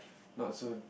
not so